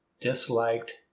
disliked